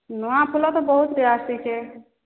ନୂଆ ଫୁଲ ତ ବହୁତ ଆସିଛେ